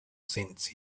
sense